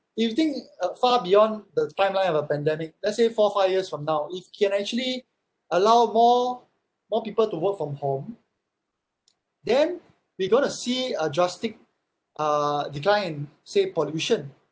if you think uh far beyond the timeline of a pandemic let's say four five years from now if we can actually allow more more people to work from home then we going to see a drastic uh decline in say pollution